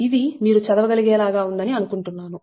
ఇది మీరు చదవగలిగే లాగా ఉందని అనుకుంటున్నాను